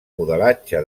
modelatge